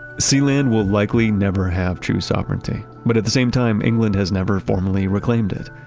sealand will likely never have true sovereignty. but at the same time, england has never formally reclaimed it.